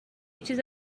چیز